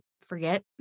forget